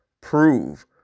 prove